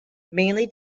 mainly